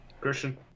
Christian